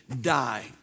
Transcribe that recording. die